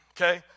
okay